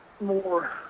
more